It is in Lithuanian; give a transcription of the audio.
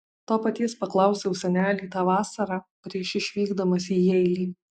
to paties paklausiau senelį tą vasarą prieš išvykdamas į jeilį